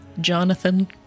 Jonathan